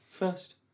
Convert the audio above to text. First